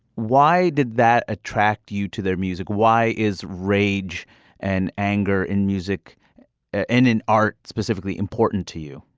why did that attract you to their music why is rage and anger in music and in art specifically important to you